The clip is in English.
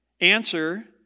Answer